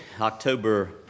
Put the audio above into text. October